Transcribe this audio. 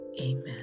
Amen